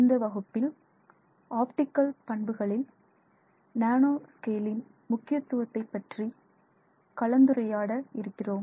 இந்த வகுப்பில் ஆப்டிகல் பண்புகளில் நானோ ஸ்கேலின் முக்கியத்துவத்தை பற்றி கலந்துரையாட இருக்கிறோம்